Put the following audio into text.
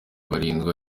barindwi